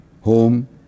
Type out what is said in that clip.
home